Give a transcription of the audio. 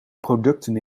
producten